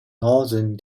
northern